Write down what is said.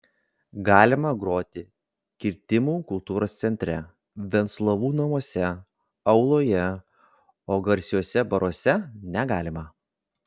galima groti kirtimų kultūros centre venclovų namuose auloje o garsiuose baruose negalima